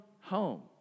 home